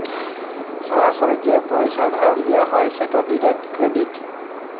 সরাসরি যে পইসা ধার লিয়া হ্যয় সেট ডিরেক্ট ক্রেডিট